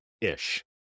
ish